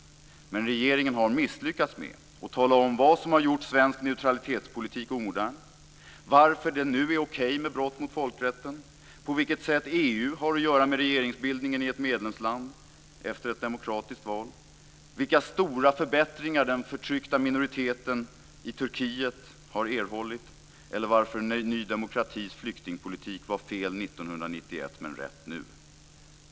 Men regeringen har misslyckats med att tala om vad som har gjort svensk neutralitetspolitik omodern, varför det nu är okej med brott mot folkrätten, på vilket sätt EU har att göra med regeringsbildningen i ett medlemsland efter ett demokratiskt val, vilka stora förbättringar den förtryckta minoriteten i Turkiet har erhållit eller varför Ny demokratis flyktingpolitik var fel 1991 men rätt nu.